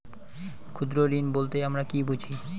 ক্ষুদ্র ঋণ বলতে আমরা কি বুঝি?